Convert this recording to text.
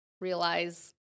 realize